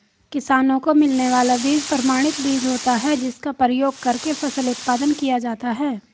किसानों को मिलने वाला बीज प्रमाणित बीज होता है जिसका प्रयोग करके फसल उत्पादन किया जाता है